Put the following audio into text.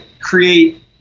create